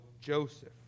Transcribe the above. Joseph